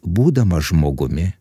būdamas žmogumi